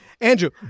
Andrew